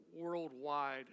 worldwide